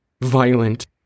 violent